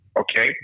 okay